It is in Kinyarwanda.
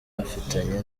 afitanye